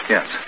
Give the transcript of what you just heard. Yes